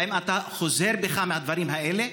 האם אתה חוזר בך מהדברים האלה?